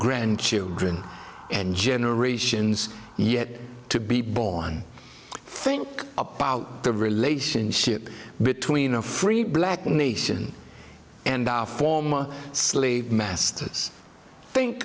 grandchildren and generations yet to be born think about the relationship between a free black nation and our former slowly masters think